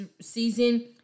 season